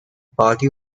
party